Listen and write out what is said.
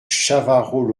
chavarot